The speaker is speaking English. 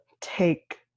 take